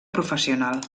professional